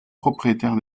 propriétaire